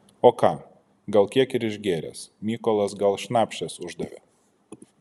o ką gal kiek ir išgėręs mykolas gal šnapšės uždavė